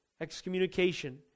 excommunication